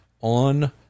on